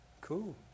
Cool